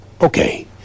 Okay